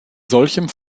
solchem